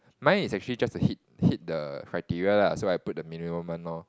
mine is actually just to hit hit the criteria lah so I put the minimum one lor